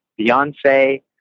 Beyonce